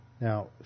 now